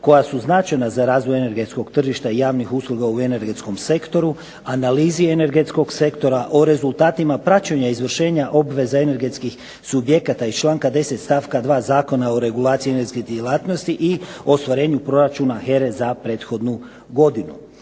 koja su značajna za razvoj energetskog tržišta i javnih usluga u energetskom sektoru, analizi energetskog sektora, o rezultatima praćenja izvršenja obveze energetskih subjekata iz članka 10. stavka 2. Zakona o regulaciji energetske djelatnosti i ostvarenju proračuna HERE za prethodnu godinu.